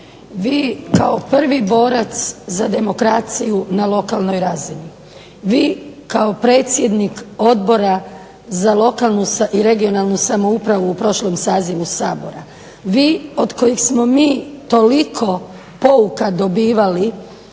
Vi kao prvi borac za demokraciju na lokalnoj razini, vi kao predsjednik Odbora za lokalnu i regionalnu samoupravu u prošlom sazivu Sabora, vi od kojeg smo mi toliko pouka dobivali